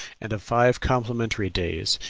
and of five complementary days,